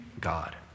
God